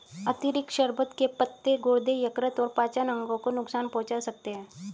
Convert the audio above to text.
अतिरिक्त शर्बत के पत्ते गुर्दे, यकृत और पाचन अंगों को नुकसान पहुंचा सकते हैं